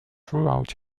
throughout